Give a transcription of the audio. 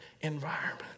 environment